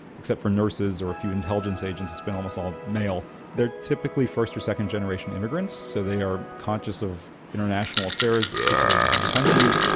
except for nurses or a few intelligence agents, it's been almost all male. they are typically first or second generation immigrants, so they are conscious of international affairs, particularly in home countries.